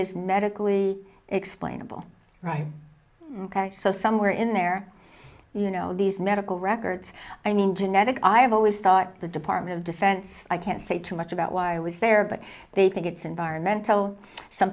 is medically explainable right ok so somewhere in there you know these medical records i mean genetic i have always thought the department of defense i can't say too much about why i was there but they think it's environmental some